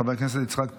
חבר הכנסת יצחק פינדרוס.